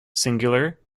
singular